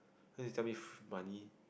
cause you tell me money